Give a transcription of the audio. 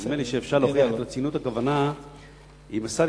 נדמה לי שאפשר להוכיח את רצינות הכוונה אם השר